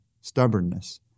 stubbornness